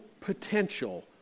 potential